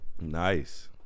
Nice